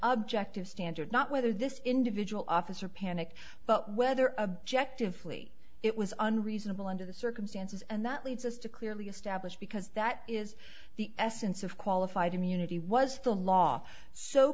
objective standard not whether this individual officer panicked but whether objective flee it was unreasonable under the circumstances and that leads us to clearly establish because that is the essence of qualified immunity was the law so